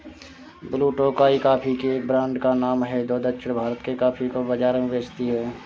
blue Tokai coffee के एक brand का नाम है जो दक्षिण भारत के कॉफी को बाजार में बेचती है